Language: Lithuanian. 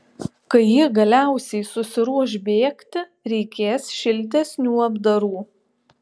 kai ji galiausiai susiruoš bėgti reikės šiltesnių apdarų